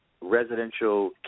Residential